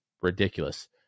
ridiculous